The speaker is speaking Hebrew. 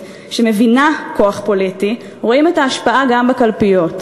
שמבינה כוח פוליטי רואים את ההשפעה גם בקלפיות.